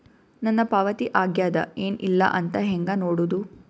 ನನ್ನ ಪಾವತಿ ಆಗ್ಯಾದ ಏನ್ ಇಲ್ಲ ಅಂತ ಹೆಂಗ ನೋಡುದು?